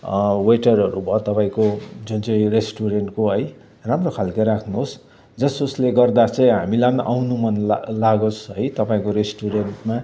वेटरहरू भयो तपाईँको जुन चाहिँ रेस्टुरेन्टको है राम्रो खालके राख्नुहोस् जस जसले गर्दा चाहिँ हामीलाई आउनु मन लागोस् है तपाईँको रेस्टुरेन्टमा है